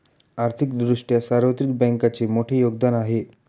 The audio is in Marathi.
आर्थिक दृष्ट्या सार्वत्रिक बँकांचे मोठे योगदान आहे